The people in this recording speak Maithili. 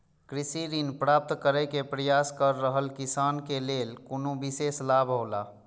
कृषि ऋण प्राप्त करे के प्रयास कर रहल किसान के लेल कुनु विशेष लाभ हौला?